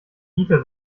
dieter